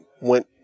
went